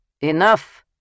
enough